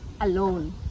alone